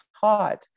taught